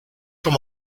come